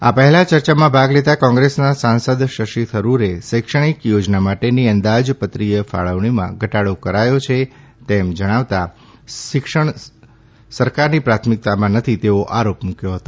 આ પહેલા ચર્ચામાં ભાગ લેતાં કોંગ્રેસના સાંસદ શશી થરૂરે શૈક્ષણિક યોજના માટેની અંદાજપત્રીય ફાળવણીમાં ઘટાડો કરાયો છે તેમ જણાવતાં શિક્ષણ સરકારની પ્રાથમિકતામાં નથી તેવો આરોપ મુકયો હતો